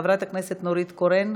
חברת הכנסת נורית קורן,